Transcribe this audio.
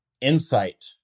insight